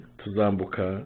tuzambuka